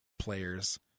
players